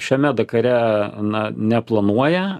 šiame dakare na neplanuoja